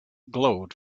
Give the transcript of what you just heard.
glowed